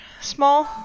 small